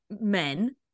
men